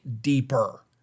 deeper